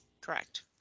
correct